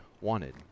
wanted